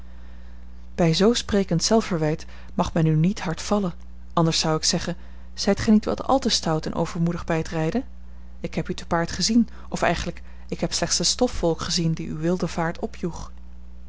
bij zoo sprekend zelfverwijt mag men u niet hard vallen anders zou ik zeggen zijt gij niet wat al te stout en overmoedig bij het rijden ik heb u te paard gezien of eigenlijk ik heb slechts de stofwolk gezien die uw wilde vaart opjoeg